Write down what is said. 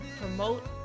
promote